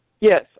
Yes